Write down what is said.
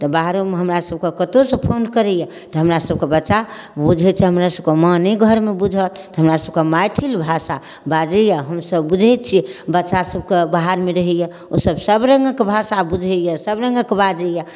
तऽ बाहरोमे हमरा सबकऽ कतहुँसँ फोन करैया तऽ हमरा सबकऽ बच्चा बुझैत छै हमरे सबकऽ माँ नहि घरमे बुझत तऽ हमर सबकऽ मैथिल भाषा बाजैया हमसब बुझैत छियै बच्चा सबकऽ बाहरमे रहैया ओसब सब रङ्गक भाषा बुझैया सब रङ्गक बाजैया